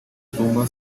tumba